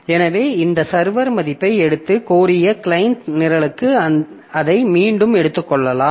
எனவே இந்த சர்வர் மதிப்பை எடுத்து கோரிய கிளையன்ட் நிரலுக்கு அதை மீண்டும் கொடுக்கலாம்